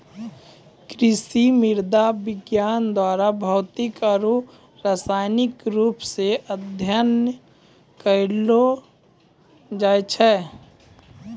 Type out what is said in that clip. कृषि मृदा विज्ञान द्वारा भौतिक आरु रसायनिक रुप से अध्ययन करलो जाय छै